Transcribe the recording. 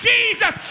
Jesus